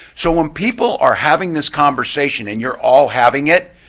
so when people are having this conversation, and you're all having it,